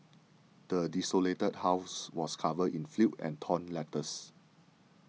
the desolated house was covered in filth and torn letters